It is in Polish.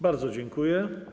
Bardzo dziękuję.